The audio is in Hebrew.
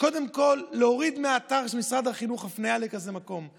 קודם כול להוריד מהאתר של משרד החינוך הפניה לכזה מקום.